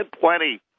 plenty